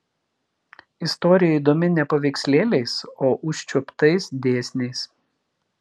istorija įdomi ne paveikslėliais o užčiuoptais dėsniais